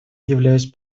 являюсь